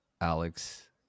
Alex